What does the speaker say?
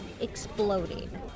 exploding